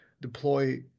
deploy